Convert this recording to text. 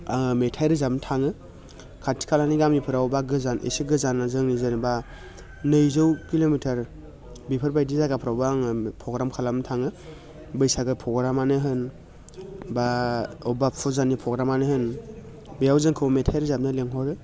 आङो मेथाइ रोजाबनो थाङो खाथि खालानि गामिफोराव बा गोजान एसे गोजान जोंनि जेनेबा नैजौ किल'मिटार बिफोरबायदि जायगाफोरावबो आङो प्रग्राम खालामनो थाङो बैसागो प्रग्रामानो होन बा अबेबा फुजानि प्रग्रामानो होन बेयाव जोंखौ मेथाइ रोजाबनो लिंहरो